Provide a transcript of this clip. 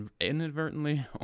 inadvertently